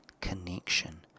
connection